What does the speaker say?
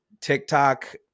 TikTok